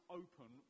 open